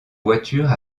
voiture